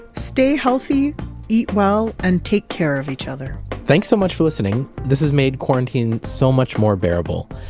stay healthy eat well and take care of each other thanks so much for listening! this has made quarantine so much more bearable.